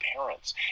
parents